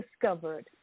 discovered